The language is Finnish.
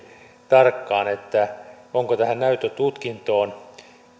tarkkaan että onko tähän näyttötutkintoon